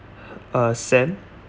uh sam